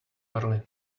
early